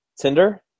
Tinder